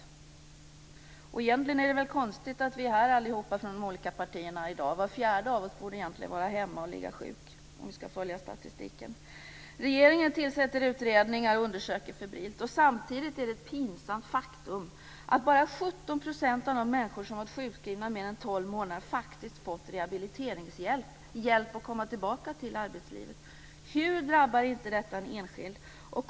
Egentligen är det väl konstigt att vi är här allihop från de olika partierna i dag. Var fjärde av oss borde egentligen var hemma och ligga sjuk om vi ska följa statistiken. Regeringen tillsätter utredningar och undersöker febrilt. Samtidigt är det ett pinsamt faktum att bara 17 % av de människor som gått sjukskrivna mer än tolv månader faktiskt fått rehabiliteringshjälp, hjälp att komma tillbaka till arbetslivet. Hur drabbar inte detta en enskild människa?